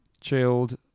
Chilled